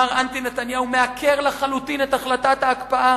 מר אנטי נתניהו מעקר לחלוטין את החלטת ההקפאה